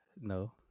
no